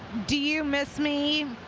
do you miss me?